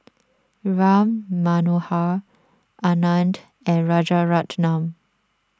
Ram Manohar Anand and Rajaratnam